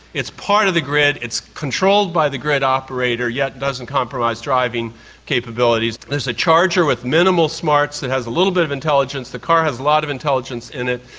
it's part of the grid, it's controlled by the grid operator yet doesn't compromise driving capabilities. there's a charger with minimal smarts that has a little bit of intelligence, the car has a lot of intelligence in it,